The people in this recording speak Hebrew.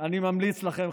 אני ממליץ לכם,